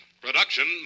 Production